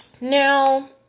Now